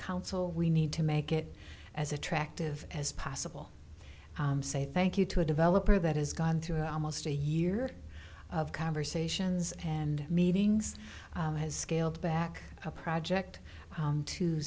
council we need to make it as attractive as possible say thank you to a developer that has gone through almost a year of conversations and meetings has scaled back a project